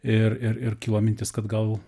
ir ir ir kilo mintis kad gal